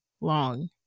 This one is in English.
long